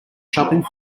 shopping